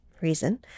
reason